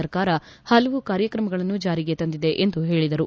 ಸರ್ಕಾರ ಹಲವು ಕಾರ್ಯಕ್ರಮಗಳನ್ನು ಜಾರಿಗೆ ತಂದಿದೆ ಎಂದು ಹೇಳಿದರು